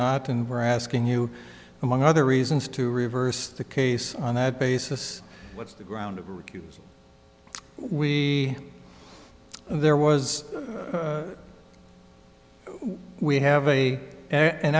not and we're asking you among other reasons to reverse the case on that basis what's the ground recuse we there was we have a an